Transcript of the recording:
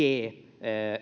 g